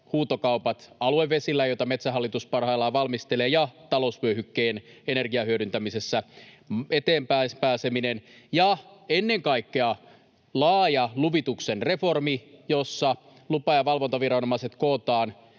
huutokaupat aluevesillä, mitä Metsähallitus parhaillaan valmistelee, ja talousvyöhykkeen energian hyödyntämisessä eteenpäin pääseminen ja ennen kaikkea laaja luvituksen reformi, jossa lupa- ja valvontaviranomaiset kootaan